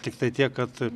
tiktai tiek kad